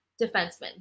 defenseman